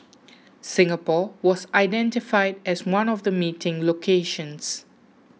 Singapore was identified as one of the meeting locations